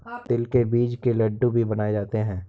तिल के बीज के लड्डू भी बनाए जाते हैं